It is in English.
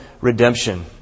redemption